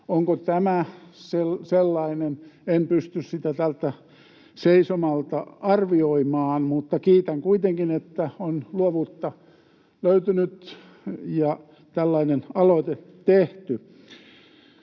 onko tämä sellainen, en pysty tältä seisomalta arvioimaan, mutta kiitän kuitenkin, että on luovuutta löytynyt ja tällainen aloite tehty.